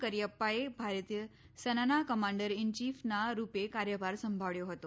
કરિઅપ્પાએ ભારતીય સેનાના commander in chief ના રૂપે કાર્યભાર સભાળ્યો હતો